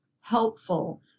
helpful